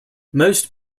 most